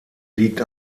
liegt